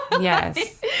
Yes